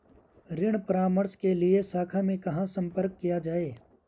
ऋण परामर्श के लिए शाखा में कहाँ संपर्क किया जाए?